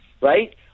right